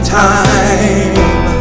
time